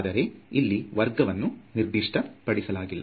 ಆದರೆ ಇಲ್ಲಿ ವರ್ಗವನ್ನು ನಿರ್ದಿಷ್ಟ ಪಡಿಸಲಾಗಿಲ್ಲ